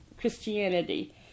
Christianity